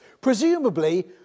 presumably